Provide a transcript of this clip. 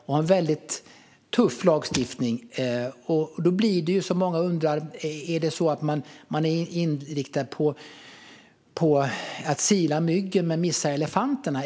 Det är en väldigt tuff lagstiftning. Är man inte då så inriktad på att sila mygg att man missar elefanterna?